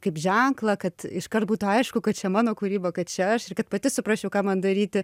kaip ženklą kad iškart būtų aišku kad čia mano kūryba kad čia aš ir kad pati suprasčiau ką man daryti